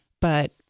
But-